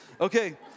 Okay